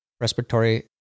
respiratory